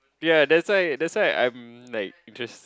yea that's why that's why I'm like interests